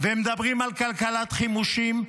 ומדברים על כלכלת חימושים,